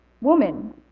Woman